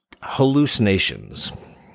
Hallucinations